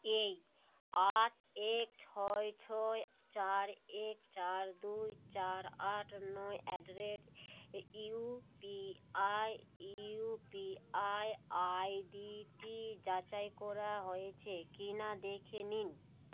এই আট এক ছয় ছয় চার এক চার দুই চার আট নয় at the rate UPI UPI আইডিটি যাচাই করা হয়েছে কি না দেখে নিন